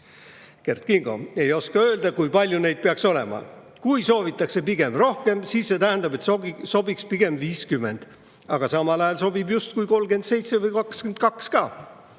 Kert Kingo – V. R.] ei oska öelda, kui palju neid peaks olema. Kui soovitakse pigem rohkem, siis see tähendab, et sobiks pigem 50, aga samal ajal sobib justkui ka 37 või 22.